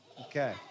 Okay